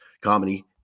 comedy